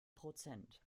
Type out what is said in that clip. prozent